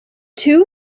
two